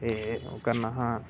एह् ओह करना हा